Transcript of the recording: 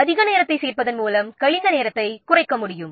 அதிக நேரத்தைச் சேர்ப்பதன் மூலம் கழித்த நேரத்தை குறைக்க முடியும்